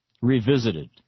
revisited